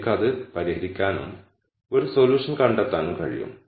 എനിക്ക് അത് പരിഹരിക്കാനും ഒരു സൊല്യൂഷൻ കണ്ടെത്താനും കഴിയും